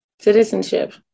citizenship